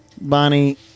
Bonnie